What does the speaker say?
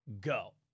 go